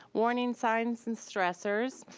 warning signs, and stressors,